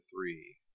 three